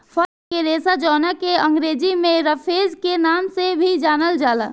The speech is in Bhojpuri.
फल के रेशा जावना के अंग्रेजी में रफेज के नाम से भी जानल जाला